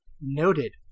Noted